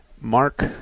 Mark